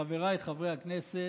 חבריי חברי הכנסת,